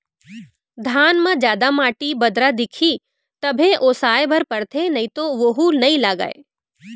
धान म जादा माटी, बदरा दिखही तभे ओसाए बर परथे नइ तो वोहू नइ लागय